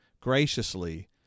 graciously